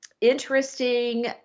interesting